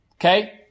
okay